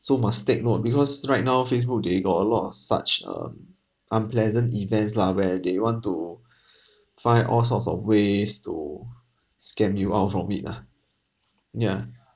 so must take note because right now facebook they got a lot of such um unpleasant events lah where they want to find all sorts of ways to scam you out from it lah mm ya